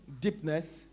deepness